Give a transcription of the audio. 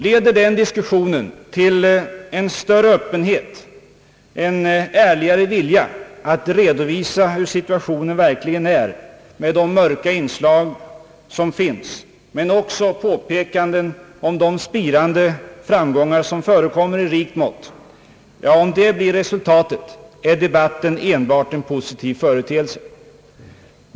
Leder den diskussionen till en större öppenhet, en ärligare vilja att redovisa hur situationen verkligen är med de mörka inslag som finns, men också påpekanden om de spirande framgångar som förekommer i rikt mått, är debatten enbart en positiv företeelse.